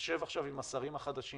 שתשב עכשיו עם השרים החדשים,